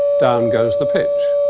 down goes the pitch.